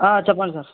చెప్పండి సార్